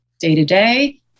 day-to-day